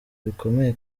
bikomeye